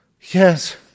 yes